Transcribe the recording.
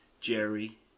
Jerry